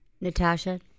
Natasha